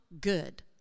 good